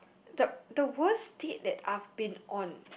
the the worst date that I've been on